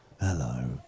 hello